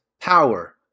power